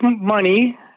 money